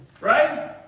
Right